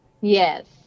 Yes